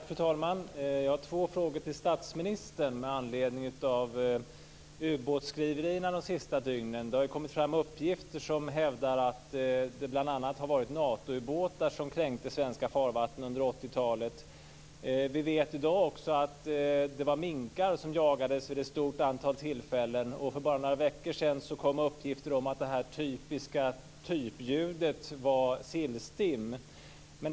Fru talman! Jag har två frågor till statsministern med anledning av ubåtsskriverierna de senaste dygnen. Det har kommit fram uppgifter som hävdar att det bl.a. var Natoubåtar som kränkte svenska farvatten under 80-talet. Vi vet i dag också att det var minkar som jagades vid ett stort antal tillfällen. För bara några veckor sedan kom uppgifter om att det typiska ljudet kom från sillstim.